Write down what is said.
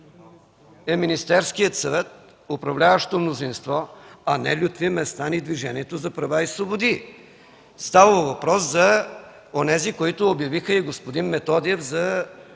е Министерският съвет, управляващото мнозинство, а не Лютви Местан и Движението за права и свободи. Става въпрос за онези, които обявиха и поздравиха господин Методиев за